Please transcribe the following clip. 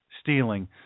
stealing